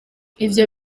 ivyo